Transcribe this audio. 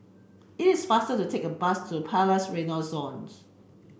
it is faster to take the bus to Palais Renaissance